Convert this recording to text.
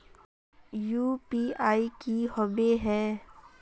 UPI की होबे है?